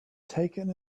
taken